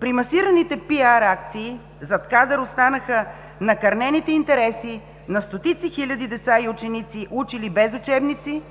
При масираните PR акции зад кадър останаха накърнените интереси на стотици хиляди деца и ученици, учили без учебници,